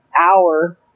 hour